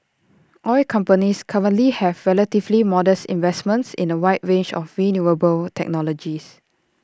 oil companies currently have relatively modest investments in A wide range of renewable technologies